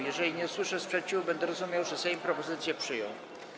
Jeżeli nie usłyszę sprzeciwu, będę rozumiał, że Sejm propozycję przyjął.